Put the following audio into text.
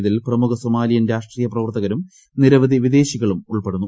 ഇതിൽ പ്രമുഖ സൊമാലിയൻ രാഷ്ട്രീയ പ്രവർത്തകരും നിരവധി വിദേശികളും ഉൾപ്പെടുന്നു